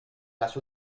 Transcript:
las